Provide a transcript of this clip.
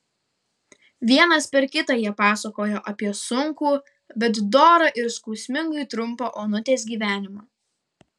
vienas per kitą jie pasakojo apie sunkų bet dorą ir skausmingai trumpą onutės gyvenimą